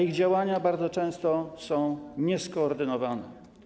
Ich działania bardzo często są nieskoordynowane.